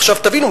עכשיו תבינו,